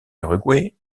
uruguay